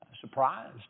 surprised